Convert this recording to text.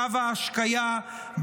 קו ההשקיה,